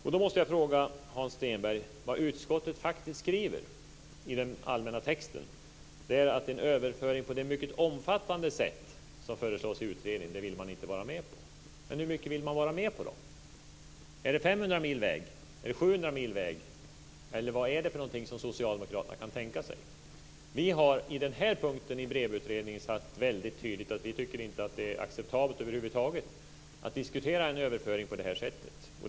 Jag måste fråga Hans Stenberg om vad utskottet faktiskt skriver i den allmänna texten. En överföring på det mycket omfattande sätt som föreslås i utredningen vill man inte vara med på, skriver man. Men hur mycket vill man då vara med på? Är det 500 mil väg, 700 mil väg eller vad är det för någonting som Socialdemokraterna kan tänka sig? På den här punkten i BREV-utredningen har vi tydligt sagt att vi inte tycker att det är acceptabelt över huvud taget att diskutera en överföring på detta sätt.